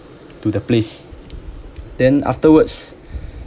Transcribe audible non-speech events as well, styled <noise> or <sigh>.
to the place then afterwards <breath>